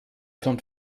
kommt